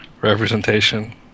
representation